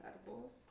edibles